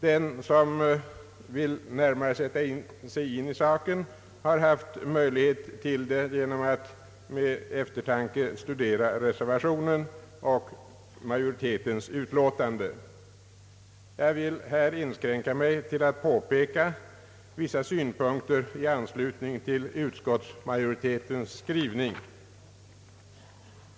Den som närmare vill sätta sig in i saken har haft möjlighet därtill genom att med eftertanke studera reservationen och utskottsmajoritetens utlåtande. Jag vill här inskränka mig till att påpeka vissa synpunkter i anslutning till utskottsmajoritetens skrivning.